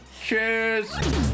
Cheers